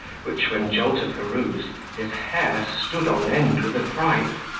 which, when jolter perused, his hair stood on end with affright.